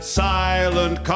silent